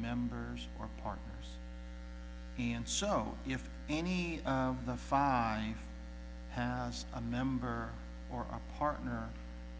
members or are and so if any of the five has a member or a partner